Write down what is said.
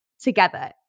together